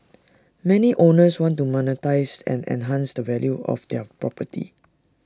many owners want to monetise and enhance the value of their property